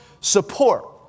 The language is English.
support